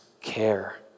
care